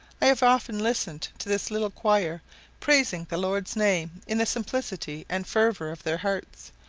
i have often listened to this little choir praising the lord's name in the simplicity and fervour of their hearts,